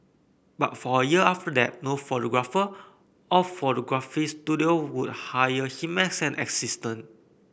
but for a year after that no photographer or photography studio would hire him as an assistant